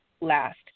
last